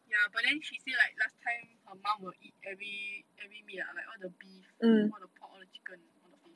ya but then she say like last time her mum will eat every every meat lah like all the beef all the pork all the chicken all the fish